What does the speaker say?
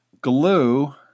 glue